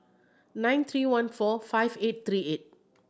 nine three one four five eight three eight